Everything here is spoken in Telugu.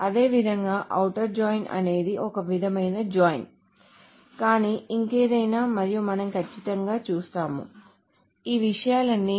అదేవిధంగా ఔటర్ జాయిన్ అనేది ఒక విధమైన జాయిన్ కానీ ఇంకేదైనా మరియు మనం ఖచ్చితంగా చూస్తాము ఆ విషయాలన్నీ